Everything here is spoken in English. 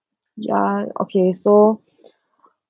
ya okay so